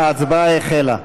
ההצבעה החלה.